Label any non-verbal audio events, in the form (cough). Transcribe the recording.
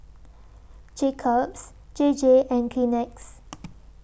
Jacob's J J and Kleenex (noise)